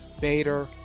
Bader